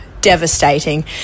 devastating